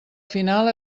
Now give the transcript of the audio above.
final